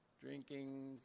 drinking